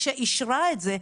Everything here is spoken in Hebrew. משאישרה את זה,